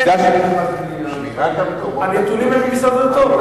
הוא חושב שהוא, הנתונים הם ממשרד הדתות.